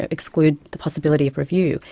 ah exclude the possibility of review.